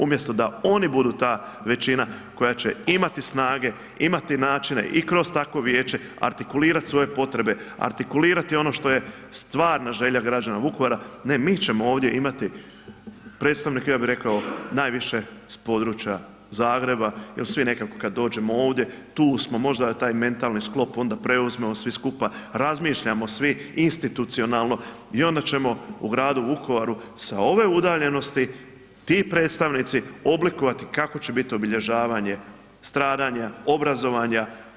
Umjesto da oni budu ta većina koja će imati snage, imati načine i kroz takvo vijeće artikulirati svoje potrebe, artikulirati ono što je stvarna želja građana Vukovara, ne, mi ćemo ovdje imati predstavnike ja bih rekao najviše s područja Zagreba jel svi nekako kada dođemo ovdje tu smo, možda taj mentalni sklop onda preuzmemo svi skupa, razmišljamo svi institucionalno i onda ćemo o gradu Vukovaru sa ove udaljenosti ti predstavnici oblikovati kako će bit obilježavanje stradanja, obrazovanja.